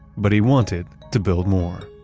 but he wanted to build more